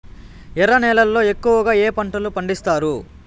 ఎర్ర నేలల్లో ఎక్కువగా ఏ పంటలు పండిస్తారు